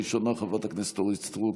ראשונה, חברת הכנסת אורית סטרוק,